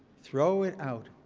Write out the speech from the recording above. throw it out,